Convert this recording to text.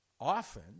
often